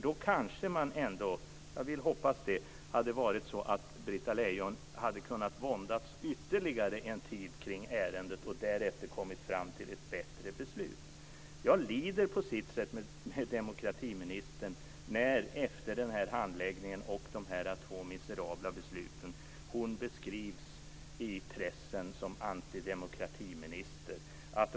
Då kanske, vilket jag hoppas, Britta Lejon hade kunnat våndas ytterligare en tid kring ärendet och därefter kommit fram till ett bättre beslut. Jag lider på sätt och vis med demokratiministern efter denna handläggning och dessa två miserabla beslut. Hon beskrivs i pressen som antidemokratiminister.